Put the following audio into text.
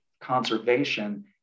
conservation